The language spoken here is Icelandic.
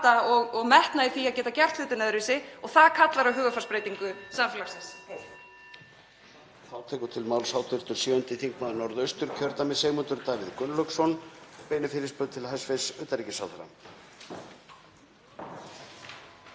og metnað í því að geta gert hlutina öðruvísi og það kallar á hugarfarsbreytingu alls samfélagsins.